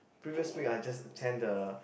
previous week I just attend the